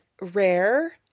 rare